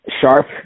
sharp